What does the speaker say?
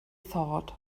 thought